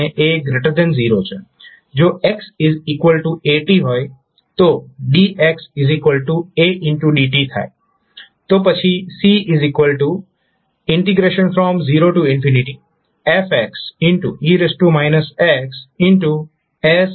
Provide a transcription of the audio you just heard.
જો x at હોય તો dx a dt થાય તો પછી c0f e x sadx